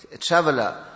traveler